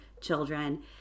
children